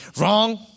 Wrong